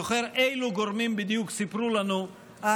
אני זוכר אילו גורמים בדיוק סיפרו לנו אז,